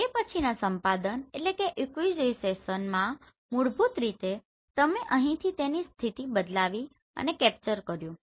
તે પછીના સંપાદનમાં મૂળભૂત રીતે તમે અહી થી તેની સ્થિતિ બદલાવી અને કેપ્ચર કર્યુ